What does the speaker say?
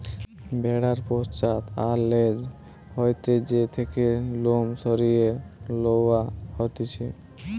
ভেড়ার পশ্চাৎ আর ল্যাজ হইতে যে থেকে লোম সরিয়ে লওয়া হতিছে